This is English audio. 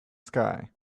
sky